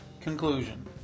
Conclusion